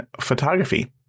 photography